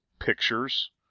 pictures